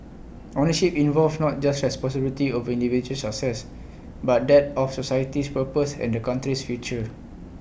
ownership involved not just responsibility over individual success but that of society's purpose and the country's future